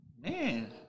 Man